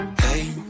Hey